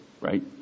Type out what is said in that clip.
Right